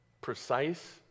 precise